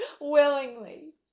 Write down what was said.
willingly